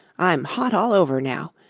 i'm hot all over now,